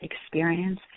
experience